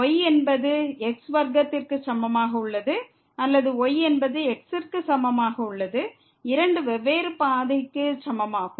y என்பது x வர்க்கத்திற்கு சமமாக உள்ளது அல்லது y என்பது x ற்கு சமமாக உள்ளது இரண்டு வெவ்வேறு பாதைக்கு சமமாகும்